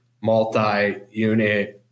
multi-unit